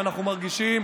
ואנחנו מרגישים